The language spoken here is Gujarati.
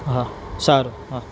હા સારું હા